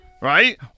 right